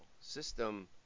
System